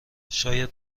شاید